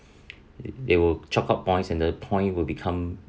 they will check up points and the point will become